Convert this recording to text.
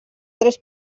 tres